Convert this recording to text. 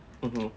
mmhmm